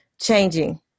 changing